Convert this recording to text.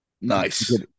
Nice